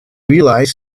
realise